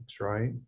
right